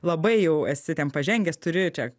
labai jau esi ten pažengęs turi čia